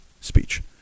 speech